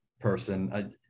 person